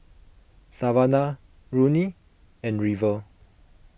Savana Ronnie and River